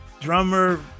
drummer